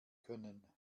können